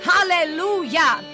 Hallelujah